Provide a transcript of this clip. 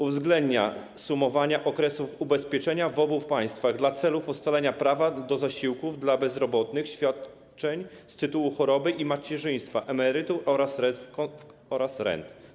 Uwzględnia się sumowania okresów ubezpieczenia w obu państwach dla celów ustalenia prawa do zasiłków dla bezrobotnych, świadczeń z tytułu choroby i macierzyństwa, emerytur oraz rent.